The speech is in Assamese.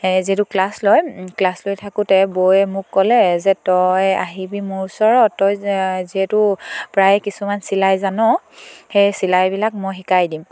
যিহেতু ক্লাছ লয় ক্লাছ লৈ থাকোঁতে বৌয়ে মোক ক'লে যে তই আহিবি মোৰ ওচৰত তই যিহেতু প্ৰায় কিছুমান চিলাই জানো সেই চিলাইবিলাক মই শিকাই দিম